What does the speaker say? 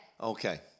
Okay